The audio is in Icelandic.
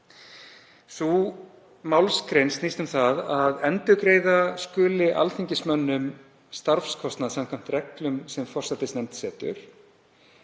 Sú málsgrein snýst um að endurgreiða skuli alþingismönnum starfskostnað samkvæmt reglum sem forsætisnefnd setur.